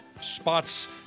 spots